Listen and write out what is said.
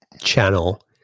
channel